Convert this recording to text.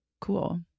cool